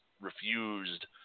refused